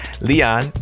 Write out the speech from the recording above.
Leon